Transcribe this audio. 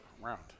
round